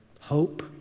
Hope